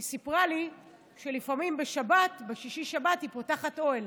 היא סיפרה לי שלפעמים בשישי-שבת היא פותחת אוהל,